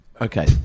Okay